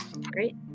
Great